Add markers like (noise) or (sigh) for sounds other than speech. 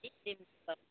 (unintelligible)